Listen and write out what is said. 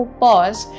pause